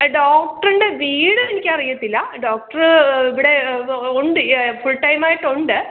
ഡോക്ടറിന്റെ വീട് എനിക്ക് അറിയില്ല ഡോക്ടർ ഇവിടെ ഉണ്ട് ഫുള് ടൈം ആയിട്ടുണ്ട്